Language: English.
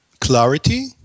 Clarity